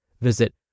Visit